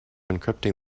encrypting